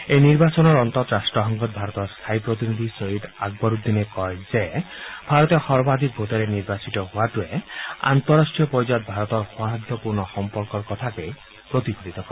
এই নিৰ্বাচনৰ অন্তত ৰাষ্ট্ৰসংঘৰ ভাৰতৰ স্থায়ী প্ৰতিনিধি ছৈয়িদ আকবৰউদ্দিনে কয় যে ভাৰতে সৰ্বাধিক ভোটেৰে নিৰ্বাচিত হোৰাটোৱে আন্তঃৰাষ্ট্ৰীয় পৰ্যায়ত ভাৰতৰ সৌহাদ্যপূৰ্ণ সম্পৰ্কৰ কথাকেই প্ৰতিফলিত কৰে